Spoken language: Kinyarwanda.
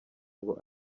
ngo